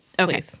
Okay